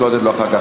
פייגלין ומרגי.